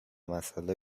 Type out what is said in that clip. مسئله